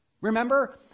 Remember